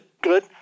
good